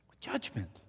Judgment